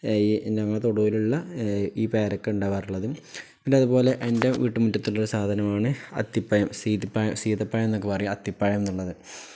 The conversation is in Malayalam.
ഞങ്ങളുടെ തൊടിയിലുള്ള ഈ പേരയ്ക്ക ഉണ്ടാകാറുള്ളതും പിന്നെ അതുപോലെ എൻ്റെ വീട്ടുമുറ്റത്തുള്ളൊരു സാധനമാണ് അത്തിപ്പഴം സീതപ്പഴം എന്നൊക്കെ പറയും അത്തിപ്പഴമെന്നുള്ളത്